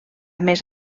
més